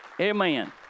amen